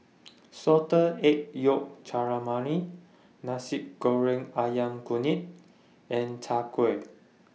Salted Egg Yolk Calamari Nasi Goreng Ayam Kunyit and Chai Kuih